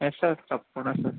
yes sir తప్పకుండా sir